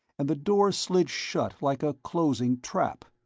and the door slid shut like a closing trap.